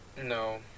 No